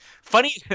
Funny